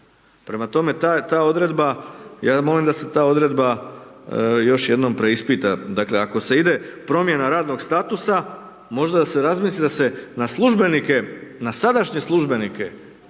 odredba, ja molim da se ta odredba još jednom preispita. Dakle, ako se ide promjena radnog statusa, možda da se razmisli da se na službenike, na sadašnje službenike